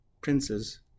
Princes